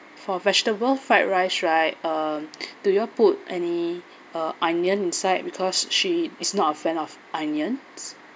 for vegetable fried rice right uh do you put any uh onion inside because she is not a fan of onions